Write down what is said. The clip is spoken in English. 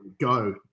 go